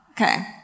Okay